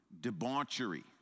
debauchery